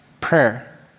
prayer